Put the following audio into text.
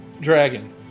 Dragon